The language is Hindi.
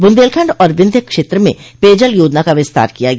बूंदेलखंड और विंध्य क्षेत्र में पेयजल योजना का विस्तार किया गया